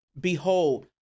Behold